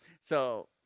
So-